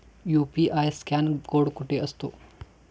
UPI scan code कुठे असतो?